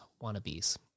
wannabes